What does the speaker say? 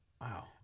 Wow